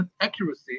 accuracy